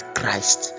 Christ